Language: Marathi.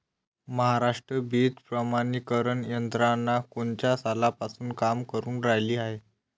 महाराष्ट्रात बीज प्रमानीकरण यंत्रना कोनच्या सालापासून काम करुन रायली हाये?